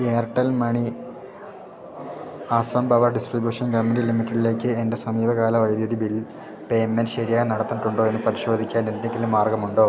Airtel money Assam power distribution company ലിമിറ്റഡിലേക്ക് എൻ്റെ സമീപകാല വൈദ്യുതി ബിൽ പേയ്മെൻറ്റ് ശരിയായി നടന്നിട്ടുണ്ടോ എന്ന് പരിശോധിക്കാൻ എന്തെങ്കിലും മാർഗമുണ്ടോ